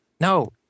No